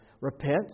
Repent